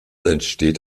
entsteht